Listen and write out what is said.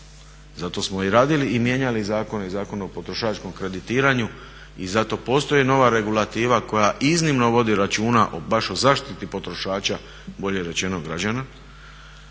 zato smo i radili i mijenjali zakone i Zakon o potrošačkom kreditiranju i zato postoji nova regulativa koja iznimno vodi računa baš o zaštiti potrošača, bolje rečeno građana.